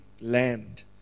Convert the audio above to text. land